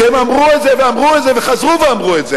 שהם אמרו את זה ואמרו את זה וחזרו ואמרו את זה.